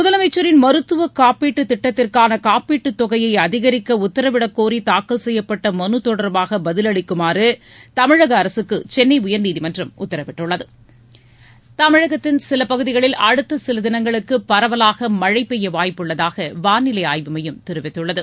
முதலமைச்சரின் மருத்துவ காப்பீட்டு திட்டத்திற்கான காப்பீட்டு தொகையை அதிகரிக்க உத்தரவிடகோரி தாக்கல் செய்யப்பட்ட மனு தொடர்பாக பதிலளிக்குமாறு தமிழக அரசுக்கு சென்னை உயர்நீதிமன்றம் உத்தரவிட்டுள்ளது தமிழகத்தின் சில பகுதிகளில் அடுத்த சில தினங்களுக்கு பரவலாக மழை பெய்ய வாய்ப்பு உள்ளதாக வானிலை ஆய்வு மையம் தெரிவித்துள்ளது